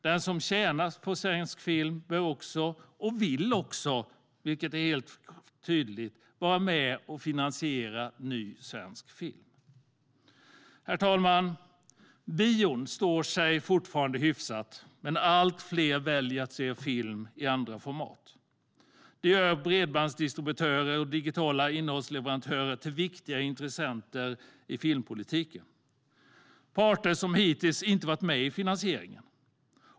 De som tjänar pengar på svensk film bör vara med och finansiera ny svensk film, och det är tydligt att de också vill det. Herr talman! Bion står sig fortfarande hyfsat, men allt fler väljer att se film i andra format. Det gör bredbandsdistributörer och digitala innehållsleverantörer till viktiga intressenter i filmpolitiken - parter som hittills inte varit med i finansieringen.